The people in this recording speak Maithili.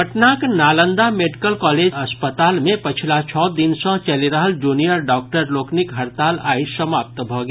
पटनाक नालंदा मेडिकल कॉलेज अस्पताल मे पछिला छओ दिन सॅ चलि रहल जूनियर डॉक्टर लोकनिक हड़ताल आइ समाप्त भऽ गेल